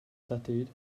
tattooed